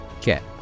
get